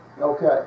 Okay